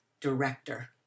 director